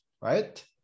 right